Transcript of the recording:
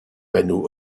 panneaux